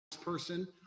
person